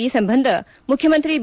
ಈ ಸಂಬಂಧ ಮುಖ್ಯಮಂತ್ರಿ ಬಿ